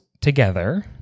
together